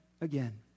again